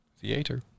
theater